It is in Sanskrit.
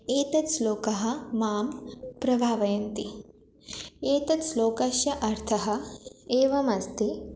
एतद् श्लोकः मां प्रभावयन्ति एतद् श्लोकस्य अर्थः एवमस्ति